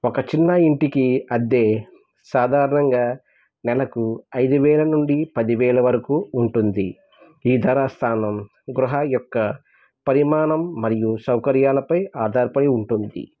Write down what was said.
ఒక చిన్న ఇంటికి అద్దె సాధారణంగా నెలకు ఐదు వేల నుండి పది వేల వరకు ఉంటుంది ఈ ధర స్థానం గృహం యొక్క పరిమాణం మరియు సౌకర్యాలపై ఆధారపడి ఉంటుంది